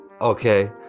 okay